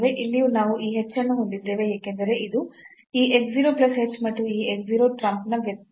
ಇಲ್ಲಿಯೂ ನಾವು ಈ h ಅನ್ನು ಹೊಂದಿದ್ದೇವೆ ಏಕೆಂದರೆ ಇದು ಈ x 0 plus h ಮತ್ತು ಈ x 0 trump ನ ವ್ಯತ್ಯಾಸವಾಗಿದೆ